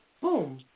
boom